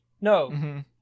No